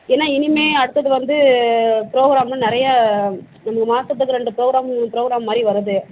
ஏன்னா இனிமே அடுத்தது வந்து ப்ரோக்ராம் எல்லாம் நிறைய இந்த மாதத்துக்கு ரெண்டு ப்ரோக்ராம் மூணு ப்ரோக்ராம் மாதிரி வருது